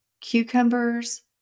cucumbers